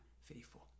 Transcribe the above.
faithful